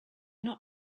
not